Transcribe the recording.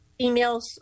emails